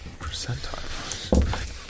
Percentile